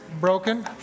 broken